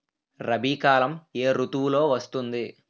రబీ కాలం ఏ ఋతువులో వస్తుంది?